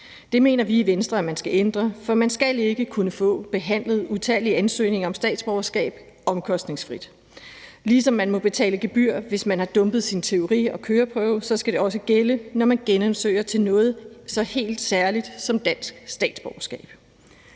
Det mener vi i Venstre at man skal ændre. For man skal ikke kunne få behandlet utallige ansøgninger om statsborgerskab omkostningsfrit. Ligesom man også må betale et gebyr, hvis man har dumpet sin teori- og køreprøve og man bagefter går op til en ny prøve, så skal det også gælde, når man genansøger til noget så helt særligt, som et dansk statsborgerskab